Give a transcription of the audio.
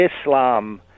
islam